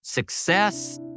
success